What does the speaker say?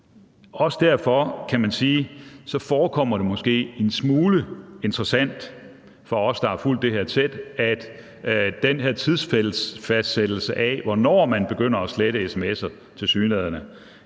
Også derfor kan man sige, at det måske forekommer en smule interessant for os, der har fulgte det her tæt, at den her tidsfastsættelse af, hvornår man tilsyneladende begynder at slette